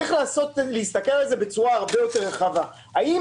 צריך להסתכל על זה בצורה הרבה יותר רחבה: האם